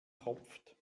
tropft